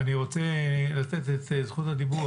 אני רוצה לתת את זכות הדיבור,